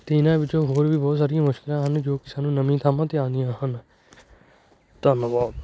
ਅਤੇ ਇਹਨਾਂ ਵਿੱਚੋਂ ਹੋਰ ਵੀ ਬਹੁਤ ਸਾਰੀਆਂ ਮੁਸ਼ਕਿਲਾਂ ਹਨ ਜੋ ਕਿ ਸਾਨੂੰ ਨਵੀਂ ਥਾਵਾਂ 'ਤੇ ਆਉਂਦੀਆਂ ਹਨ ਧੰਨਵਾਦ